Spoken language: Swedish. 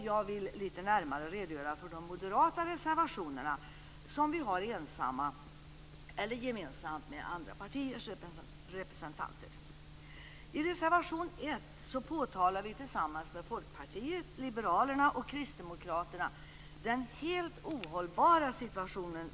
Jag vill redogöra litet närmare för de moderata reservationerna, som vi står ensamma bakom eller har gemensamt med andra partiers representanter. I reservation 1 påtalar vi tillsammans med Folkpartiet liberalerna och Kristdemokraterna försäkringskassornas helt ohållbara situation.